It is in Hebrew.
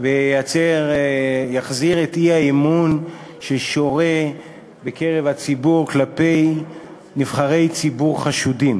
ויחזיר את האי-אמון השורה בקרב הציבור כלפי נבחרי ציבור חשודים.